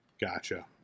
Gotcha